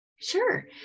Sure